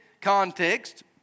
context